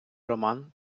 роман